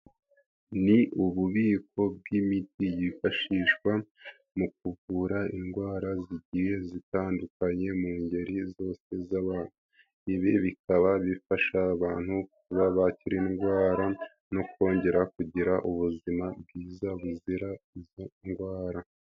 Ni ububiko bw'imiti yifashishwa mu kuvura indwara zigiye zitandukanye mu ngeri zose z'abantu. Ibi bikaba bifasha abantu kuba bakira indwara no kongera kugira ubuzima bwiza buzira izo ndwara.